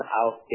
out